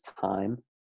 time